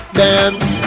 dance